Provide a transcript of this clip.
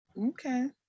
Okay